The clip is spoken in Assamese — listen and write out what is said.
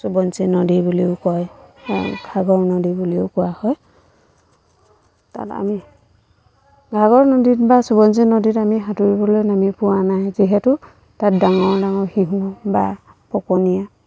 সোৱনশিৰী নদী বুলিও কয় ঘাগৰ নদী বুলিও কোৱা হয় তাত আমি ঘাগৰ নদীত বা সোৱনশিৰী নদীত আমি সাঁতুৰিবলৈ নামি পোৱা নাই যিহেতু তাত ডাঙৰ ডাঙৰ শিহু বা পকনীয়া